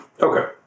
Okay